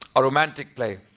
a romantic play.